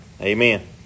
Amen